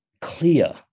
clear